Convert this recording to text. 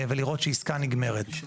ולראות שעסקה נגמרת.